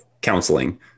counseling